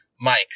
Mike